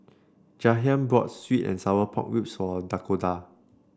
Jahiem bought sweet and Sour Pork Ribs for Dakoda